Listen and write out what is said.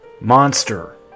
monster